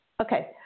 Okay